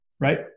right